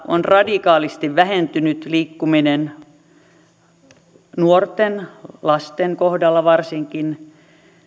on radikaalisti vähentynyt nuorten ja lasten kohdalla varsinkin